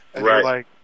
right